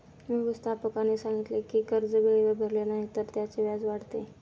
व्यवस्थापकाने सांगितले की कर्ज वेळेवर भरले नाही तर त्याचे व्याज वाढते